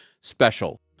special